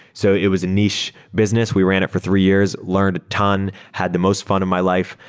so it was a niche business. we ran it for three years, learned a ton. had the most fun of my life,